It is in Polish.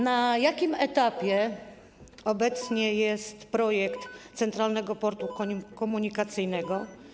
Na jakim etapie obecnie jest realizacja projektu Centralnego Portu Komunikacyjnego?